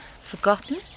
Forgotten